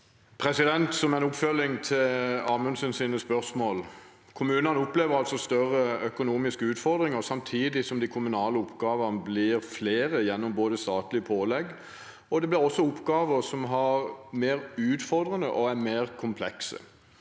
Som en oppfølging til Amundsens spørsmål: Kommunene opplever altså større økonomiske utfordringer samtidig som de kommunale oppgavene blir flere, gjennom bl.a. statlige pålegg, og det blir også oppgaver som er mer utfordrende og mer komplekse.